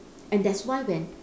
and that's why when